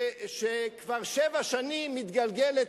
שכבר שבע שנים מתגלגלת.